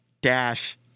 Dash